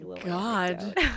god